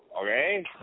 Okay